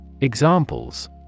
Examples